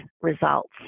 results